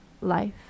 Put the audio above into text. life